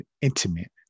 intimate